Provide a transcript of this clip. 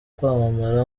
kwamamara